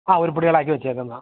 ആ ഉരുപ്പടികളാക്കി വച്ചേക്കുന്നതാണ്